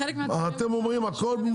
לא, לא.